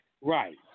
Right